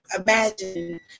imagine